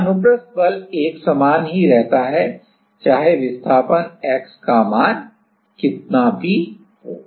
तो अनुप्रस्थ बल एक समान ही रहता है चाहे विस्थापन x का मान कितना भी हो